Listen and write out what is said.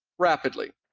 rapidly.